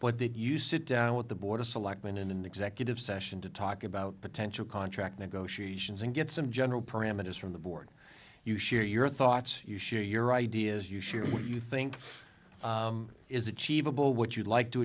but that you sit down with the board of selectmen in an executive session to talk about potential contract negotiations and get some general parameters from the board you share your thoughts you share your ideas you share what you think is achievable what you'd like to